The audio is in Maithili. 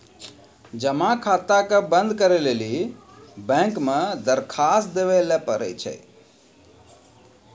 जमा खाता के बंद करै लेली बैंक मे दरखास्त देवै लय परै छै